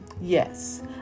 yes